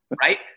right